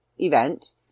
event